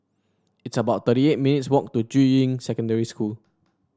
it's about thirty eight minutes' walk to Juying Secondary School